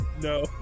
No